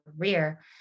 career